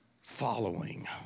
following